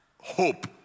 hope